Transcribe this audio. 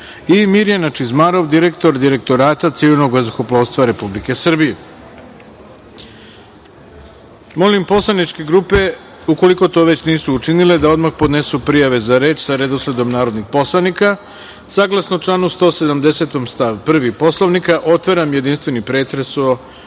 i Mirjana Čizmarov, direktor Direktorata civilnog vazduhoplovstva Republike Srbije. Molim poslaničke grupe ukoliko to već nisu učinile da odmah podnesu prijave za reč sa redosledom narodnih poslanika. Saglasno članu 170. stav 1. Poslovnika, otvaram jedinstveni pretres